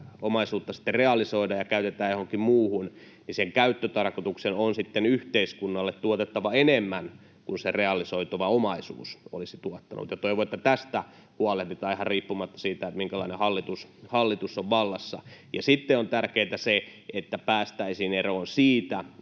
omaisuutta sitten realisoidaan ja käytetään johonkin muuhun, niin sen käyttötarkoituksen on sitten yhteiskunnalle tuotettava enemmän kuin se realisoitava omaisuus olisi tuottanut, ja toivon, että tästä huolehditaan ihan riippumatta siitä, minkälainen hallitus on vallassa. Ja sitten on tärkeätä se, että päästäisiin eroon siitä,